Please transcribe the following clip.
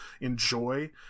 enjoy